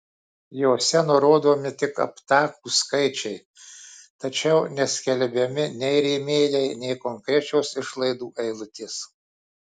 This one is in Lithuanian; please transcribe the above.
jose nurodomi tik aptakūs skaičiai tačiau neskelbiami nei rėmėjai nei konkrečios išlaidų eilutės